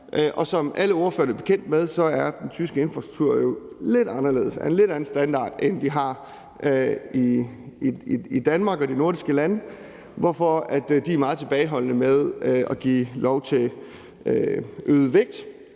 Som alle ordførerne er bekendt med, er den tyske infrastruktur jo lidt anderledes, af en lidt anden standard, end den, vi har i Danmark og de nordiske lande, hvorfor de er meget tilbageholdende med at give lov til øget vægt.